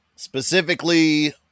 Specifically